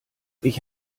ich